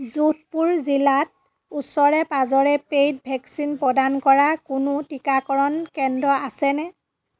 যোধপুৰ জিলাত ওচৰে পাঁজৰে পেইড ভেকচিন প্ৰদান কৰা কোনো টিকাকৰণ কেন্দ্ৰ আছেনে